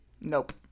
Nope